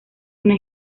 una